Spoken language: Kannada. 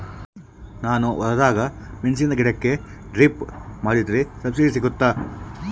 ನಾನು ಹೊಲದಾಗ ಮೆಣಸಿನ ಗಿಡಕ್ಕೆ ಡ್ರಿಪ್ ಮಾಡಿದ್ರೆ ಸಬ್ಸಿಡಿ ಸಿಗುತ್ತಾ?